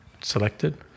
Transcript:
selected